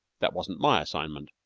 that wasn't my assignment.